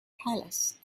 palace